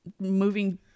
moving